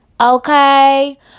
Okay